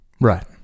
Right